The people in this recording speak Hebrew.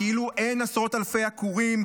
כאילו אין עשרות אלפי עקורים,